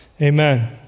amen